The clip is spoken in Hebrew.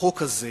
בחוק הזה,